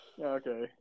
Okay